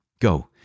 Go